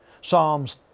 Psalms